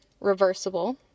reversible